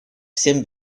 всем